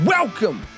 Welcome